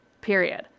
period